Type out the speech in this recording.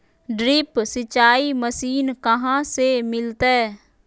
Drip सिंचाई machine कहाँ से मिलतै?